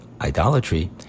idolatry